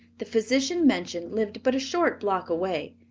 the physician mentioned lived but a short block away,